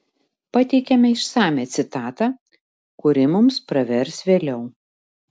pateikiame išsamią citatą kuri mums pravers vėliau